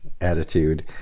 attitude